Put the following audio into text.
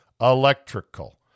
Electrical